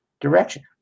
direction